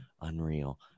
unreal